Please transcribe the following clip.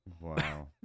Wow